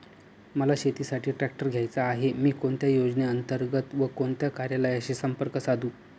मला शेतीसाठी ट्रॅक्टर घ्यायचा आहे, मी कोणत्या योजने अंतर्गत व कोणत्या कार्यालयाशी संपर्क साधू?